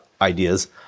ideas